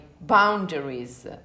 boundaries